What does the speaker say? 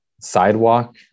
sidewalk